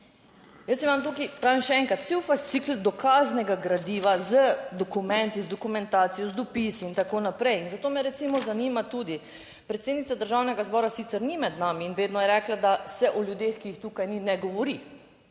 Jaz imam tukaj, pravim še enkrat, cel fascikel dokaznega gradiva, z dokumenti, z dokumentacijo, z dopisi in tako naprej in zato me recimo zanima tudi, predsednica Državnega zbora sicer ni med nami in vedno je rekla, da se o ljudeh, ki jih tukaj ni, ne govori.